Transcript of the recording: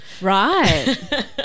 Right